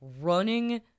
running